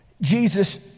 Jesus